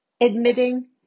Admitting